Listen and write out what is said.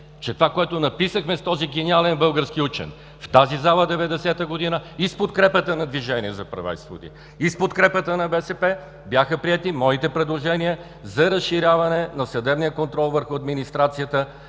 че това, което написахме с този гениален български учен, в тази зала 1990 г. и с подкрепата на „Движение за права и свободи“, и с подкрепата на БСП бяха приети моите предложения за разширяване на съдебния контрол върху администрацията,